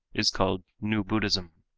is called new buddhism.